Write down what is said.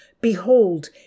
behold